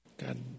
God